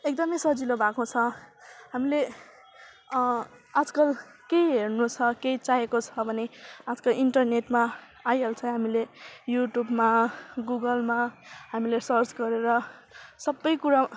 एकदमै सजिलो भएको छ हामीले आजकल केही हेर्नु छ केही चाहिएको छ भने आजकल इन्टरनेटमा आइहाल्छ हामीले युट्युबमा गुगलमा हामीले सर्च गरेर सबै कुरो